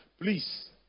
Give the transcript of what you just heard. please